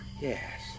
Yes